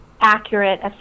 accurate